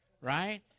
right